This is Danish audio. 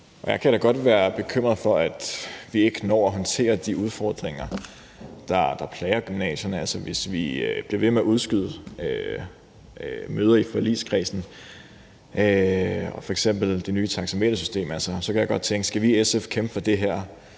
Jeg kan da godt være bekymret for, at vi ikke når at håndtere de udfordringer, der plager gymnasierne, hvis vi bliver ved med at udskyde møder i forligskredsen; det gælder f.eks. det nye taxametersystem. Så kan jeg godt tænke: Skal vi i SF kæmpe for, at det her